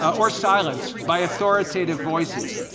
or silence by authoritative voices,